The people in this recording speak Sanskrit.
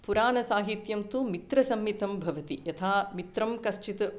पुराणसाहित्यं तु मित्रसम्मितं भवति यथा मित्रं कश्चित्